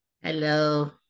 Hello